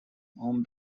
whom